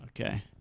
okay